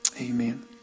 Amen